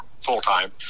full-time